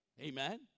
Amen